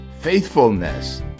faithfulness